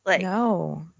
No